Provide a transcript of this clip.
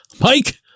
Mike